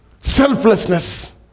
selflessness